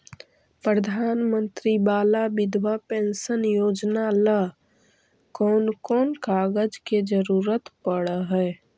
प्रधानमंत्री बाला बिधवा पेंसन योजना ल कोन कोन कागज के जरुरत पड़ है?